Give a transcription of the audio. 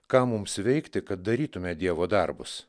ką mums veikti kad darytume dievo darbus